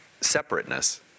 separateness